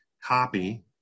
copy